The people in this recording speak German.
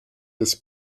des